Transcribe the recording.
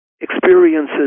Experiences